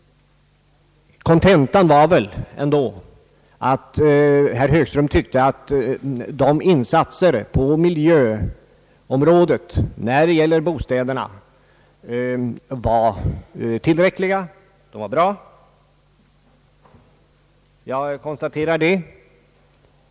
Kontentan var väl ändå att herr Högström tyckte att insatserna på miljöområdet när det gäller bostäderna var bra. Jag konstaterar det.